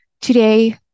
today